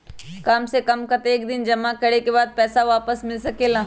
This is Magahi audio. काम से कम कतेक दिन जमा करें के बाद पैसा वापस मिल सकेला?